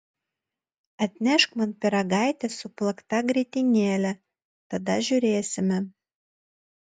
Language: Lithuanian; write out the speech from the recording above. atnešk man pyragaitį su plakta grietinėle tada žiūrėsime